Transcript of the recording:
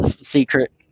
secret